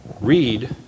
read